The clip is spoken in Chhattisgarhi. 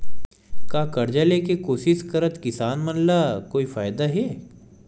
का कर्जा ले के कोशिश करात किसान मन ला कोई फायदा हे?